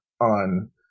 on